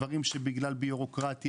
דברים שנוצרו בגלל בירוקרטיה.